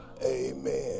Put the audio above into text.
Amen